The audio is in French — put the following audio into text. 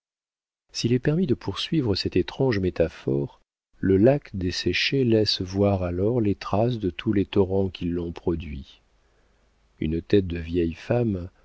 s'il est permis de poursuivre cette étrange métaphore le lac desséché laisse voir alors les traces de tous les torrents qui l'ont produit une tête de vieille femme